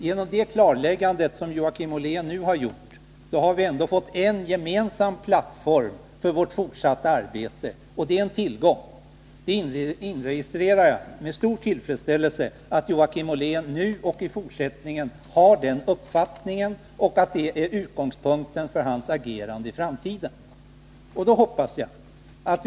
Genom det klarläggande som Joakim Ollén nu har gjort har vi ändå fått en gemensam plattform för vårt fortsatta arbete, och det är en tillgång. Jag inregistrerar med stor tillfredsställelse att Joakim Ollén har den uppfattningen och att det är utgångspunkten för hans agerande i fortsättningen.